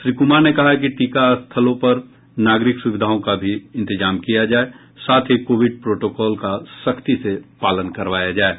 श्री कुमार ने कहा कि टीका स्थलों पर नागरिक सुविधाओं का भी इंतजाम किया जाये साथ ही कोविड प्रोटोकॉल का सख्ती से पालन करवाया जाये